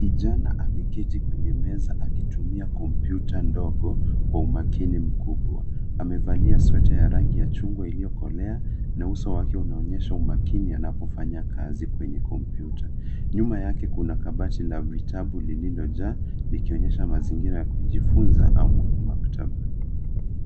Kijana ameketi kwenye meza, akitumia kompyuta ndogo kwa umakini mkubwa. Amevalia sweta ya rangi ya chungwa iliyokolea, na uso wake unaonyesha umakini alipofanya kazi kwenye kompyuta. Nyuma yake kuna kabati lenye vitabu, vinavyoonyesha mazingira ya kujifunzia au maktaba